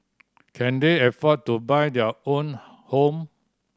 can they afford to buy their own home